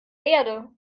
erde